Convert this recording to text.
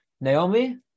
Naomi